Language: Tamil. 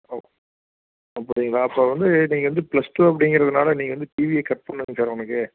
ஓ அப்படிங்களா அப்போ வந்து நீங்கள் வந்து ப்ளஸ் டூ அப்படிங்கறதுனால நீங்கள் வந்து டிவியை கட் பண்ணுங்க சார் அவனுக்கு